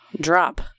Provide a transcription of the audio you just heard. drop